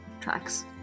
tracks